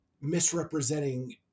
misrepresenting